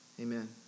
Amen